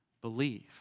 believe